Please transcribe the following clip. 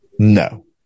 no